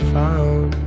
found